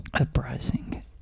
Uprising